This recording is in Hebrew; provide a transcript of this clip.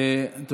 סעיף 1 נתקבל.